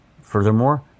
Furthermore